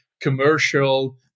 commercial